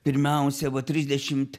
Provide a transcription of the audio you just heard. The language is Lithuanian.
pirmiausia va trisdešimt